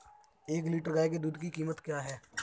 एक लीटर गाय के दूध की कीमत क्या है?